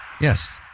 Yes